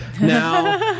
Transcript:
now